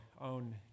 own